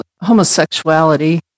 homosexuality